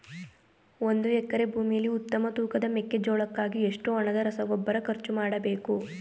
ಒಂದು ಎಕರೆ ಭೂಮಿಯಲ್ಲಿ ಉತ್ತಮ ತೂಕದ ಮೆಕ್ಕೆಜೋಳಕ್ಕಾಗಿ ಎಷ್ಟು ಹಣದ ರಸಗೊಬ್ಬರ ಖರ್ಚು ಮಾಡಬೇಕು?